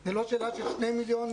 זה לא שאלה של 2 מיליון שקל.